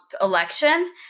election